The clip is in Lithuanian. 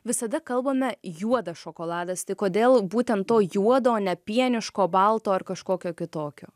visada kalbame juodas šokoladas tai kodėl būtent to juodo o ne pieniško balto ar kažkokio kitokio